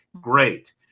great